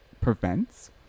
prevents